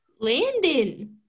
Landon